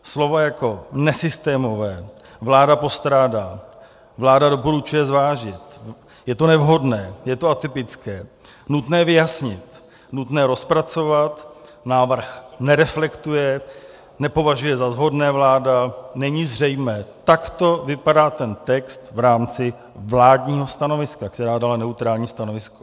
Slova jako nesystémové, vláda postrádá, vláda doporučuje zvážit, je to nevhodné, je to atypické, nutné vyjasnit, nutné rozpracovat, návrh nereflektuje, nepovažuje vláda za shodné, není zřejmé takto vypadá ten text v rámci vládního stanoviska, která dala neutrální stanovisko.